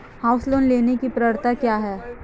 House loan लेने की पात्रता क्या है?